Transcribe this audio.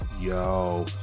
yo